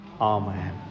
Amen